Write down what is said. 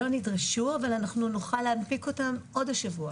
לא נדרשו אבל נוכל להנפיק אותם עוד השבוע.